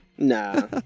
Nah